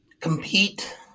compete